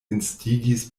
instigis